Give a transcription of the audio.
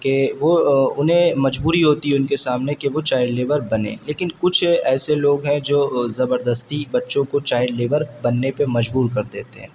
کہ وہ انہیں مجبوری ہوتی ہے ان کے سامنے کہ وہ چائیلڈ لیبر بنیں لیکن کچھ ایسے لوگ ہیں جو زبردستی بچوں کو چائیلڈ لیبر بننے پر مجبور کردیتے ہیں